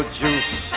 juice